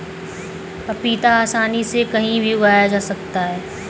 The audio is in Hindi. पपीता आसानी से कहीं भी उगाया जा सकता है